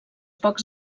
pocs